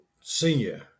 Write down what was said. senior